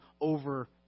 over